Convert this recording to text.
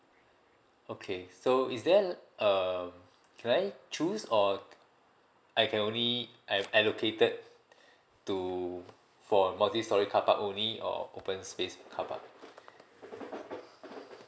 okay so is there uh can I choose or I can only I've allocated to for multistorey carpark only or open space carpark